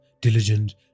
Diligent